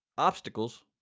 obstacles